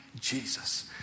Jesus